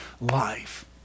life